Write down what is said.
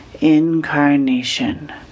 incarnation